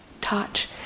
touch